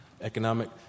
Economic